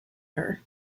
her